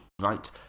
right